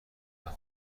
قرار